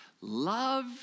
love